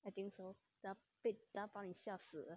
I think so then 被把鬼吓死